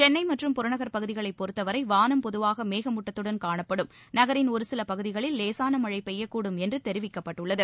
சென்னை மற்றும் புறநகள் பகுதிகளை பொருத்தவரை வானம் பொதுவாக மேகமூட்டத்துடன் காணப்படும் நகரின் ஒருசில பகுதிகளில் லேசனா மழை பெய்யக்கூடும் என்று தெரிவிக்கப்பட்டுள்ளது